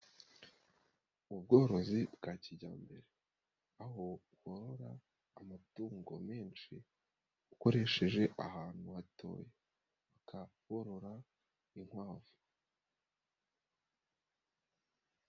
Ubworozi bwa kijyambere aho borora amatungo menshi ukoresheje ahantu hatoya ukorora inkwavu.